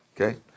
Okay